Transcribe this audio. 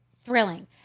Thrilling